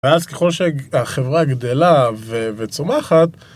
ואז ככל שהחברה גדלה ו..וצומחת